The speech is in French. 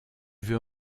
veux